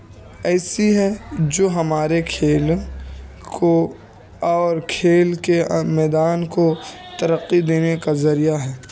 ایسی ہیں جو ہمارے کھیل کو اور کھیل کے میدان کو ترقی دینے کا ذریعہ ہیں